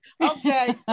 okay